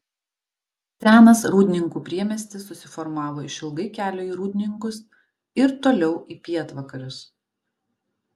senas rūdninkų priemiestis susiformavo išilgai kelio į rūdninkus ir toliau į pietvakarius